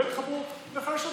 הן לא יתחברו, וחלשות יתחברו.